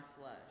flesh